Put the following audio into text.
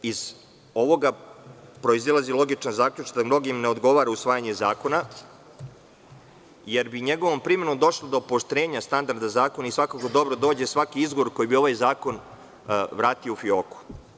Iz ovoga proizilazi logičan zaključak da mnogima ne odgovara usvajanje zakona jer bi njegovom primenom došlo do pooštrenja standarda zakona, i svakako dobro dođe svaki izgovor koji bi ovaj zakon vratio u fioku.